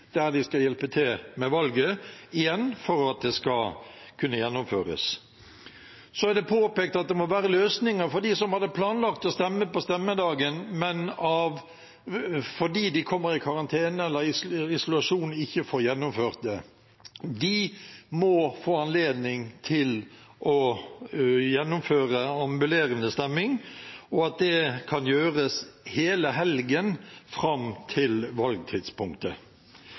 der de skal hjelpe til med valget – igjen for at det skal kunne gjennomføres. Videre er det påpekt at det må være løsninger for dem som har planlagt å stemme på stemmedagen, men ikke får gjennomført det fordi de kommer i karantene eller isolasjon. De må få anledning til å gjennomføre ambulerende stemming, og at det kan gjøres hele helgen fram til valgtidspunktet.